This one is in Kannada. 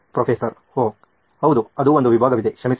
ಪ್ರೊಫೆಸರ್ ಓಹ್ ಹೌದು ಅದು ಒಂದು ವಿಭಾಗವಿದೆ ಕ್ಷಮಿಸಿ